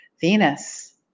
Venus